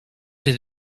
did